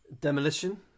Demolition